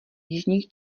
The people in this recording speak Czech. jižních